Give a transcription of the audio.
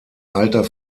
alter